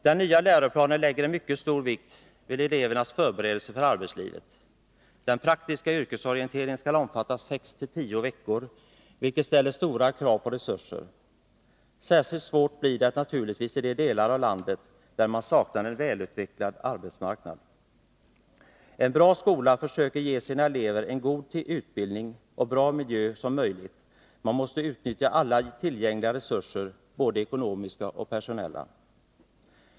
Den nya läroplanen lägger en mycket stor vikt vid elevernas förberedelse för arbetslivet. Den praktiska yrkesorienteringen skall omfatta 6-10 veckor, vilket ställer stora krav på resurser. Särskilt svårt blir det naturligtvis i de delar av landet där man saknar en välutvecklad arbetsmarknad. En bra skola försöker ge sina elever så god utbildning och så bra miljö som möjligt. Man måste utnyttja alla tillgängliga resurser — både ekonomiska och personella.